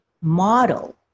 model